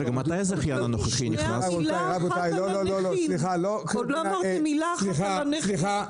הוא עוד לא אמר מילה אחת על הנכים.